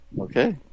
Okay